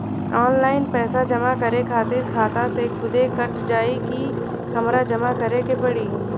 Online पैसा जमा करे खातिर खाता से खुदे कट जाई कि हमरा जमा करें के पड़ी?